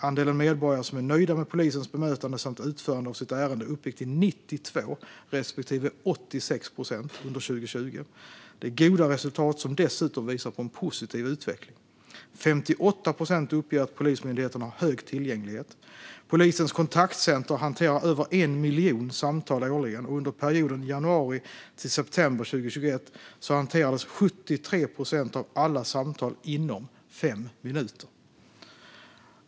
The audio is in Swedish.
Andelen medborgare som är nöjda med polisens bemötande samt utförande av sitt ärende uppgick till 92 respektive 86 procent under 2020. Detta är goda resultat som dessutom visar på en positiv utveckling. De som uppger att Polismyndigheten har hög tillgänglighet uppgår till 58 procent. Polisens kontaktcenter hanterar över 1 miljon samtal årligen, och under perioden januari-september 2021 hanterades 73 procent av alla samtal inom fem minuter.